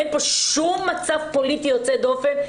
אין פה שום מצב פוליטי יוצא דופן.